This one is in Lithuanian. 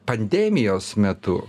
pandemijos metu